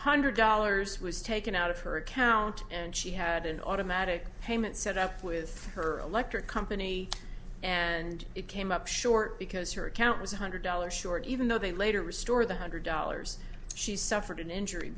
hundred dollars was taken out of her account and she had an automatic payment set up with her electric company and it came up short because her account was one hundred dollars short even though they later restore the hundred dollars she suffered an injury